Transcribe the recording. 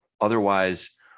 otherwise